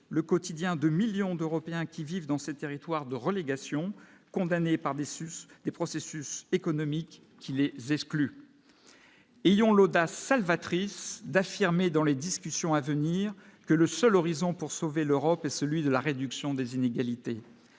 le quotidien de millions d'Européens qui vivent dans ces territoires de relégation condamné par déçus des processus économiques qui les exclut, ayons l'audace salvatrice d'affirmer dans les discussions à venir que le seul horizon pour sauver l'Europe est celui de la réduction des inégalités,